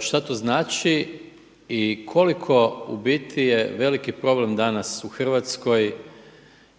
šta to znači i koliko u biti je veliki problem danas u Hrvatskoj